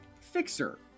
fixer